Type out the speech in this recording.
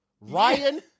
Ryan